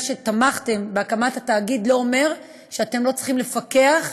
זה שתמכתם בהקמת התאגיד לא אומר שאתם לא צריכים לפקח